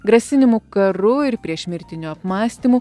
grasinimų karu ir priešmirtinių apmąstymų